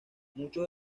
muchos